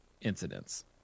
incidents